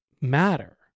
matter